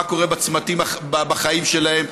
מה קורה בצמתים בחיים שלהם,